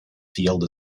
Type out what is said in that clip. field